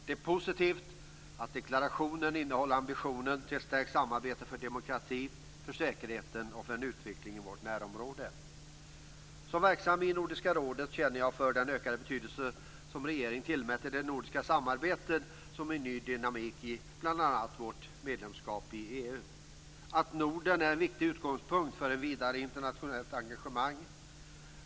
Det är positivt att deklarationen innehåller en ambition om stärkt samarbete för demokrati, för säkerhet och för en utveckling i vårt närområde. Som verksam i Nordiska rådet känner jag för den ökade betydelse som regeringen tillmäter det nordiska samarbetet som en ny dynamik i bl.a. vårt medlemskap i EU. Dessutom gäller att Norden är en viktig utgångspunkt för ett vidare internationellt engagemang.